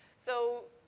so,